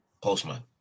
postman